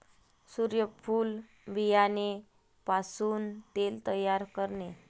सूर्यफूल बियाणे पासून तेल तयार करणे